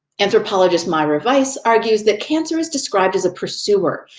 anthropologist meira weiss argues that cancer is described as a pursuer,